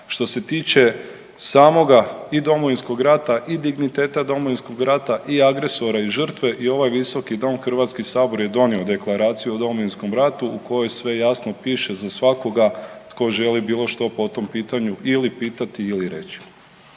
Što se tiče samoga i Domovinskog rata i digniteta Domovinskog rata i agresora i žrtve i ovaj Visoki dom HS je donio Deklaraciju o Domovinskom ratu u kojoj sve jasno piše za svakoga tko želi bilo što po tom pitanju ili pitati ili reći.